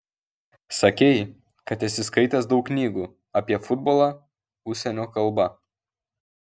sakei kad esi skaitęs daug knygų apie futbolą užsienio kalba